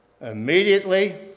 Immediately